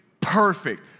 perfect